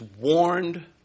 warned